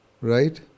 Right